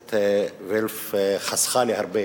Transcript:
הכנסת וילף חסכה לי הרבה